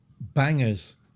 bangers